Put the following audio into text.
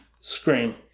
Scream